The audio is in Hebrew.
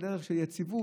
על דרך של יציבות,